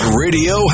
radio